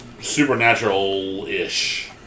supernatural-ish